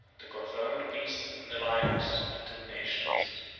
to confirm the peace and alliance of the two nations.